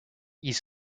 east